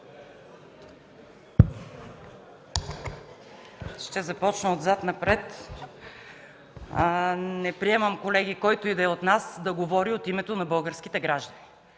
Ще започна отзад напред. Колеги, не приемам който и да е от нас да говори от името на българските граждани.